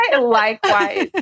Likewise